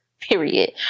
period